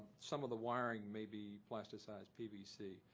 some of the wiring may be plasticized pvc,